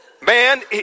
man